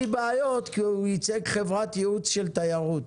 כי הוא ייצג חברת ייעוץ של תיירות.